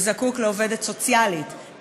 הוא זקוק לעובדת סוציאלית.